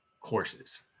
courses